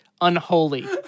unholy